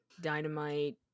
Dynamite